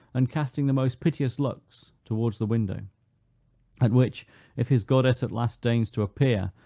and casting the most piteous looks towards the window at which if his goddess at last deigns to appear,